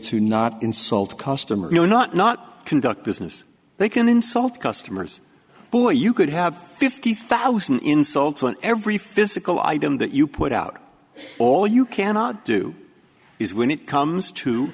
to not insult customers no not not conduct business they can insult customers but what you could have fifty thousand insults on every physical item that you put out all you cannot do is when it comes to